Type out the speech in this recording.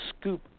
scoop